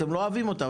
אתם לא אוהבים אותה,